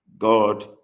God